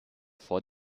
vor